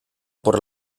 por